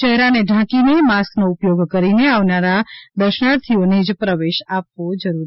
ચહેરાને ઢાંકીનેમાસ્કનો ઉપયોગ કરીને આવનાર દર્શનાર્થીઓને જ પ્રવેશ આપવો જોઇએ